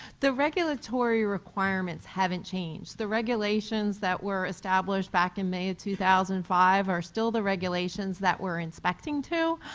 the regulatory requirements haven't changed. the regulations that were established back in may of two thousand and five are still the regulations that were inspecting to.